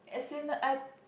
as in I